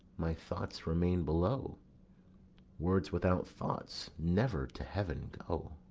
my thoughts remain below words without thoughts never to heaven go.